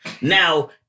Now